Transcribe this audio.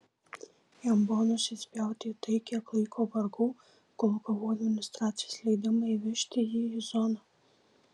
jam buvo nusispjauti į tai kiek laiko vargau kol gavau administracijos leidimą įvežti jį į zoną